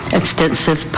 extensive